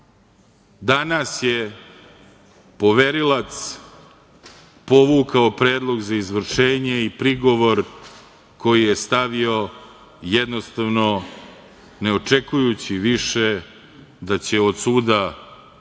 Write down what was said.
roku. Danas je poverilac povukao predlog za izvršenje i prigovor koji je stavio jednostavno ne očekujući više da će od suda uspeti